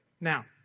Now